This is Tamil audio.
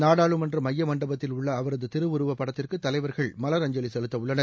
நாடாளுமன்ற மைய மண்டபத்தில் உள்ள அவரது திருவுருவப் படத்திற்கு தலைவர்கள் மலர் அஞ்சலி செலுத்த உள்ளனர்